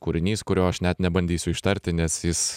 kūrinys kurio aš net nebandysiu ištarti nes jis